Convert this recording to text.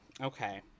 Okay